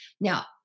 Now